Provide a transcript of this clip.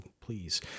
please